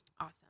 Awesome